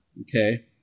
Okay